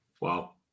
Wow